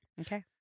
okay